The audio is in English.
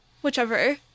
whichever